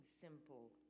simple